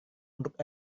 untuk